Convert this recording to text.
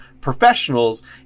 professionals